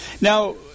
Now